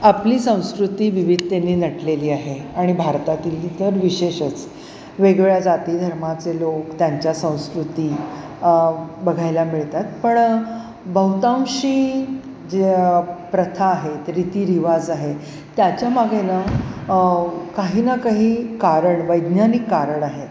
आपली संस्कृती विविधतेने नटलेली आहे आणि भारतातील तर विशेषच वेगवेगळ्या जाती धर्माचे लोक त्यांच्या संस्कृती बघायला मिळतात पण बहुतांशी जे प्रथा आहेत रीति रिवाज आहे त्याच्यामागे ना काही ना काही कारण वैज्ञानिक कारण आहे